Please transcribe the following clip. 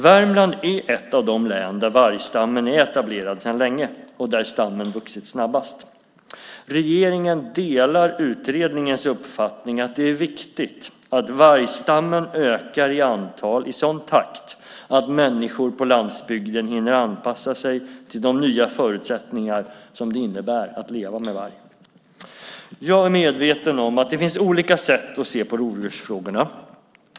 Värmland är ett av de län där vargstammen är etablerad sedan länge och där stammen vuxit snabbast. Regeringen delar utredningens uppfattning att det är viktigt att vargstammen ökar i antal i sådan takt att människor på landsbygden hinner anpassa sig till de nya förutsättningar som det innebär att leva med varg. Jag är medveten om att det finns olika sätt att se på rovdjursfrågorna.